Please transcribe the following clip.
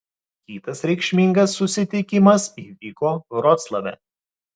kitas reikšmingas susitikimas įvyko vroclave